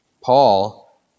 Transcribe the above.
Paul